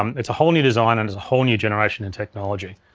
um it's a whole new design and is a whole new generation in technology.